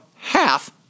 Half